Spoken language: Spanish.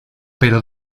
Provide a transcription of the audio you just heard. pero